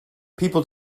people